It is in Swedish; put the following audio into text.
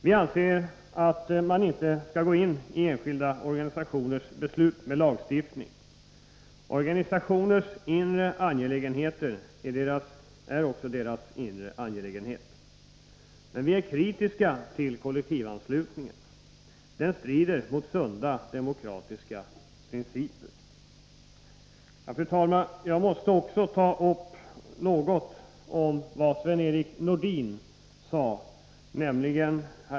Vi anser att man inte skall gå in med lagstiftning i enskilda organisationers beslut. Organisationernas inre angelägenheter är deras angelägenheter. Men vi är kritiska till kollektivanslutningen. Den strider mot sunda demokratiska principer. Fru talman! Jag måste också något beröra en del av det som Sven-Erik Nordin sade.